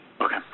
Okay